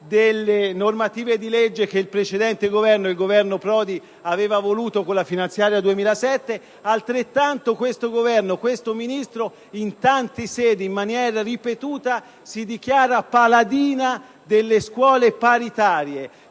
delle normative di legge che il precedente Governo, il Governo Prodi, aveva voluto con la finanziaria 2007. Parimenti, questo Governo e questo Ministro in tante sedi e in maniera ripetuta si dichiarano paladini delle scuole paritarie,